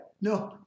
No